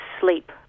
sleep